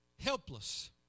helpless